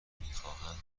میخواهند